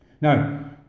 Now